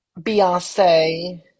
Beyonce